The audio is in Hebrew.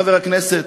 חברי הכנסת,